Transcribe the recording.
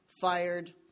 fired